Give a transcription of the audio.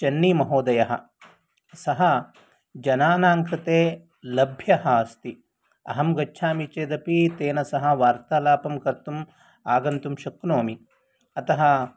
चेन्नीमहोदयः सः जनानां कृते लभ्यः अस्ति अहं गच्छामि चेदपि तेन सह वार्तालापं कर्तुम् आगन्तुं शक्नोमि अतः